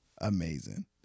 amazing